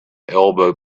elbowed